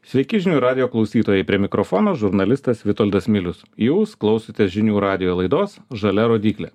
sveiki žinių radijo klausytojai prie mikrofono žurnalistas vitoldas milius jūs klausotės žinių radijo laidos žalia rodyklė